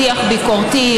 שיח ביקורתי.